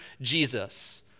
Jesus